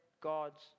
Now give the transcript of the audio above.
God's